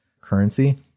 currency